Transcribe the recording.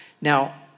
Now